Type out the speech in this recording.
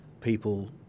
people –